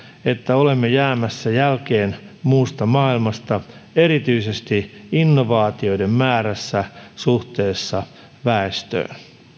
että olemme jäämässä jälkeen muusta maailmasta erityisesti innovaatioiden määrässä suhteessa väestöön